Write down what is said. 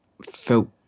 felt